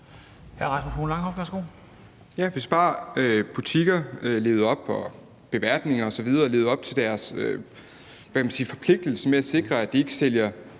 Hvis bare butikker og beværtninger osv. levede op til deres forpligtelse til at sikre, at de ikke sælger